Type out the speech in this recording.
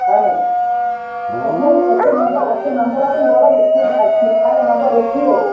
اہَن حظ اَسہِ مےٚ اَسہِ چھےٚ اَسہِ چھےٚ نمبر رَٹُن گۄڈَے کِنہٕ اَسہِ تھاون نمبر رٔٹۍ تھٕے اَسہِ